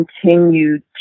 continued